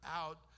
out